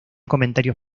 comentarios